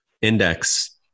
index